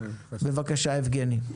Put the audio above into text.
יבגני, בבקשה.